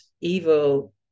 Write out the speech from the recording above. evil